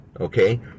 Okay